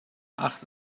acht